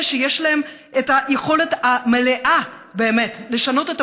אלה שיש להם את היכולת המלאה באמת לשנות את